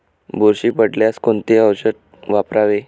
बुरशी पडल्यास कोणते औषध वापरावे?